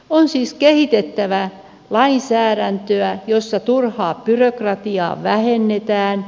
on siis kehitettävä lainsäädäntöä jossa turhaa byrokratiaa vähennetään